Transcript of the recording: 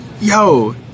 yo